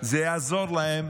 זה יעזור להם